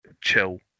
chill